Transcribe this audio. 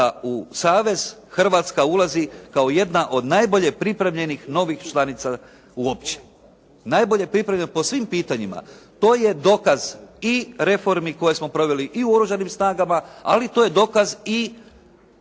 da u savez Hrvatska ulazi kao jedna od najbolje pripremljenih novih članica uopće. Najbolje pripremljenih po svim pitanjima, to je dokaz i reformi koje smo proveli i u Oružanim snagama, ali to je dokaz i